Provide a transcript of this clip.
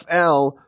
FL